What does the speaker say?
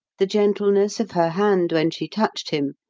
the gentleness of her hand when she touched him,